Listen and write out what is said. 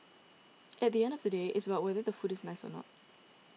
at the end of the day it's about whether the food is nice or not